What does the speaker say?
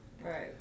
Right